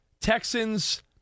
Texans